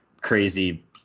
crazy